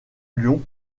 lyon